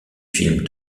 film